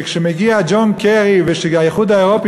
כשמגיע ג'ון קרי וכשהאיחוד האירופי